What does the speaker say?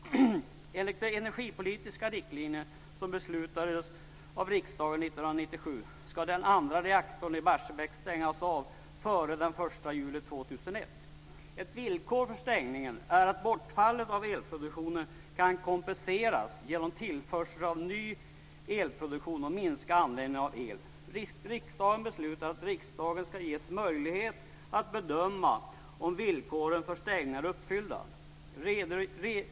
Enligt de energipolitiska riklinjer som beslutades av riksdagen 1997 ska andra reaktorn i Barsebäck stängas av före den 1 juli 2001. Ett villkor för stängningen är att bortfallet av elproduktionen kan kompenseras genom tillförsel av ny elproduktion och genom minskad användning av el. Riksdagen beslutade att riksdagen ska ges möjlighet att bedöma om villkoren för stängningen är uppfyllda.